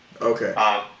Okay